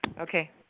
Okay